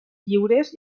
lliures